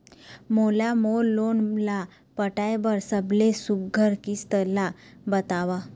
मोला मोर लोन ला पटाए बर सबले सुघ्घर किस्त ला बताव?